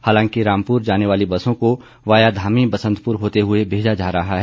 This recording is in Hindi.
हालांकि रामपुर जाने वाली बसों को वाया धामी बसंतपुर होते हुए भेजा जा रहा है